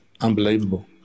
unbelievable